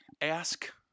Ask